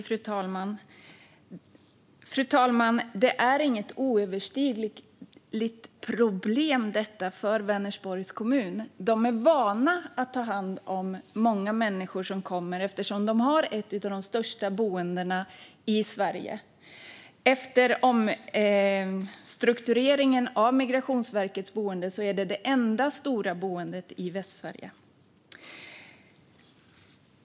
Fru talman! Detta är inget oöverstigligt problem för Vänersborgs kommun. De är vana att ta hand om många människor som kommer, eftersom de har ett av de största boendena i Sverige. Efter omstruktureringen av Migrationsverkets boenden är detta det enda stora boendet i Västsverige.